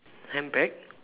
handbag